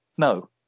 No